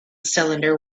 cylinder